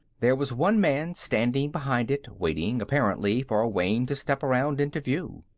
there was one man standing behind it, waiting, apparently, for wayne to step around into view.